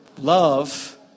love